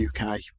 UK